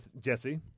Jesse